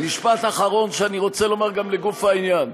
משפט אחרון שאני רוצה לומר גם לגוף העניין.